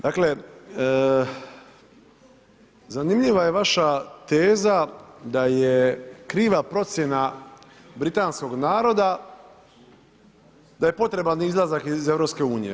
Dakle, zanimljiva je vaša teza da je kriva procjena britanskog naroda da je potreban izlazak iz EU.